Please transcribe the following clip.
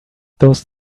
those